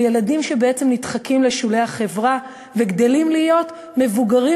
של ילדים שבעצם נדחקים לשולי החברה וגדלים להיות מבוגרים